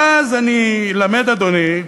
ואז אני למד, אדוני,